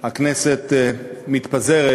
הכנסת מתפזרת